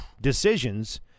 decisions